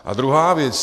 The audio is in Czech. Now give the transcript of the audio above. A druhá věc.